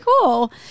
cool